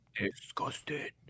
Disgusted